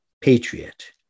patriot